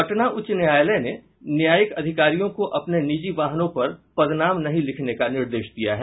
पटना उच्च न्यायालय ने न्यायिक अधिकारियों को अपने निजी वाहनों पर पदनाम नहीं लिखने का निर्देश दिया है